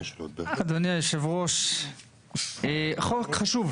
אדוני היושב-ראש, זה חוק חשוב.